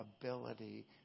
ability